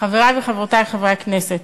חברי וחברותי חברי הכנסת,